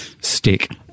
stick